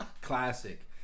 Classic